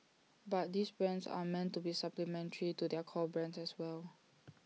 but these brands are meant to be supplementary to their core brands as well